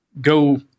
go